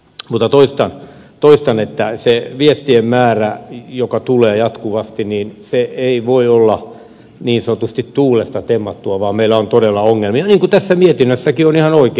mutta toistan että se viestien määrä joita tulee jatkuvasti se ongelma ei voi olla niin sanotusti tuulesta temmattua vaan meillä on todella ongelmia niin kuin tässä mietinnössäkin on ihan oikein